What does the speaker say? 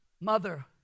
mother